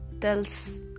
tells